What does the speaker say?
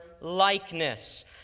likeness